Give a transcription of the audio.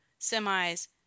semis